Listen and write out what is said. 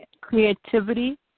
Creativity